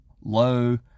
low